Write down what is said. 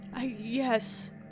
Yes